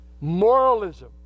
Moralism